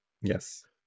Yes